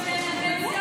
עולים חדשים,